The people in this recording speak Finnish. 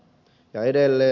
ja edelleen